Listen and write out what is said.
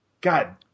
God